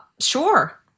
Sure